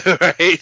Right